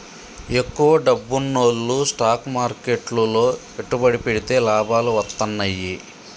ఎక్కువ డబ్బున్నోల్లు స్టాక్ మార్కెట్లు లో పెట్టుబడి పెడితే లాభాలు వత్తన్నయ్యి